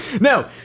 No